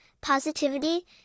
positivity